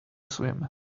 swim